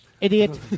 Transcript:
Idiot